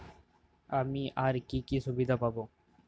আমি আর কি কি সুবিধা পাব?